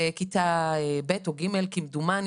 בכיתה ב' או ג' כמדומני,